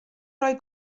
rhoi